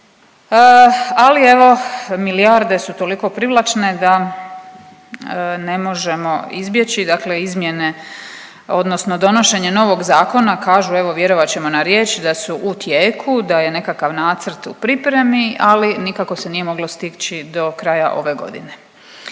Ali evo milijarde su toliko privlačne da ne možemo izbjeći, dakle izmjene odnosno donošenje novog zakona kažu evo vjerovat ćemo na riječ da su u tijeku, da je nekakav nacrt u pripremi, ali nikako se nije moglo stići do kraja ove godine.